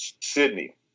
Sydney